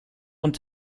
und